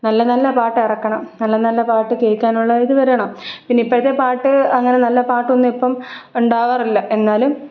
നല്ല നല്ല പാട്ടിറക്കണം നല്ല നല്ല പാട്ട് കേൾക്കാനുള്ള ഇത് വരണം പിന്നെ ഇപ്പഴത്തെ പാട്ട് അങ്ങനെ നല്ല പാട്ടൊന്നും ഇപ്പം ഉണ്ടാകാറില്ല എന്നാലും